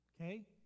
Okay